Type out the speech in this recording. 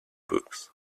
books